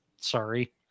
Sorry